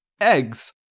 eggs